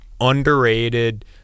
underrated